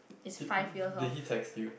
did did he text you